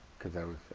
cause i was,